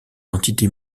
entités